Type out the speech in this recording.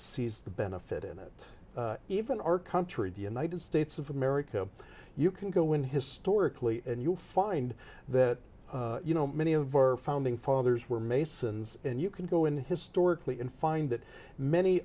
sees the benefit in it even our country the united states of america you can go in historically and you'll find that you know many of our founding fathers were masons and you can go in historically in find that many